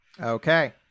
Okay